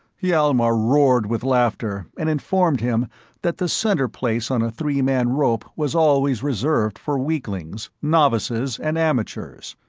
hjalmar roared with laughter and informed him that the center place on a three man rope was always reserved for weaklings, novices and amateurs.